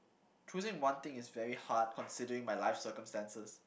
choosing one thing is very hard considering my life circumstances